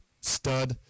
stud